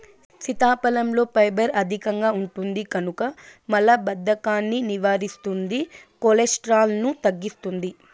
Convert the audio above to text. సీతాఫలంలో ఫైబర్ అధికంగా ఉంటుంది కనుక మలబద్ధకాన్ని నివారిస్తుంది, కొలెస్ట్రాల్ను తగ్గిస్తుంది